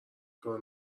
کارو